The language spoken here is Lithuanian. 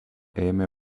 ėmė